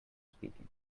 speaking